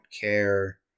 care